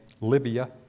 Libya